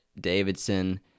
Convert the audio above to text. Davidson